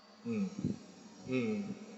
mm mm